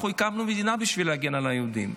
אנחנו הקמנו מדינה בשביל להגן על היהודים.